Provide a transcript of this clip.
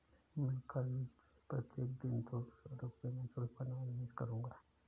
मैं कल से प्रत्येक दिन दो सौ रुपए म्यूचुअल फ़ंड में निवेश करूंगा